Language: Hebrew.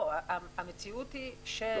לא, המציאות היא שיש